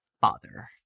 father